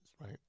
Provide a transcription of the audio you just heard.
right